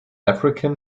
african